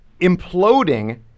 imploding